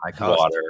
water